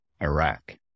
Iraq